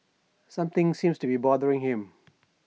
something seems to be bothering him